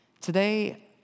Today